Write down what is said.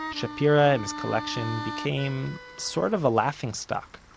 um shapira and his collection became sort of a laughing stock.